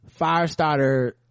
Firestarter